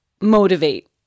motivate